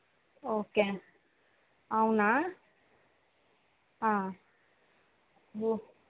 okay అవునా ఓ